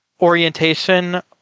orientation